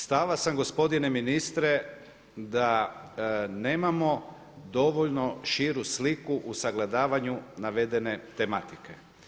Stava sam gospodine ministre da nemamo dovoljno širu sliku u sagledavanju navedene tematike.